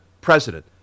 president